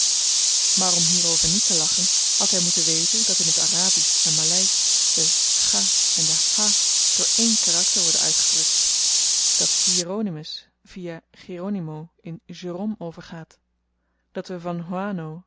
om hierover niet te lachen had hy moeten weten dat in het arabisch en maleisch de cha en de hha door één karakter worden uitgedrukt dat hieronymus viâ geronimo in jérôme overgaat dat we van huano